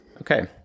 Okay